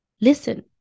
listen